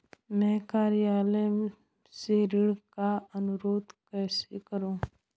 मैं कार्यालय से ऋण का अनुरोध कैसे करूँ?